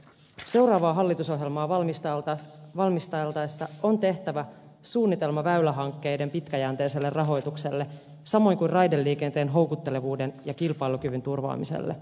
seuraavaa hallitusohjelmaa valmisteltaessa on tehtävä suunnitelma väylähankkeiden pitkäjänteiselle rahoitukselle samoin kuin raideliikenteen houkuttelevuuden ja kilpailukyvyn turvaamiselle